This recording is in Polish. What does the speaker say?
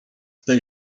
tej